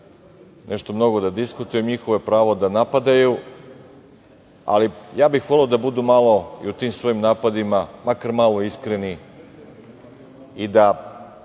nešto mnogo da diskutujem. Njihovo je pravo da napadaju, ali ja bih voleo da budu malo u tim svojim napadima makar malo iskreni i da